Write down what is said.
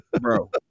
bro